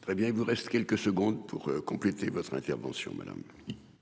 Très bien. Il vous reste quelques secondes pour compléter votre intervention madame.